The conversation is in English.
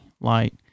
light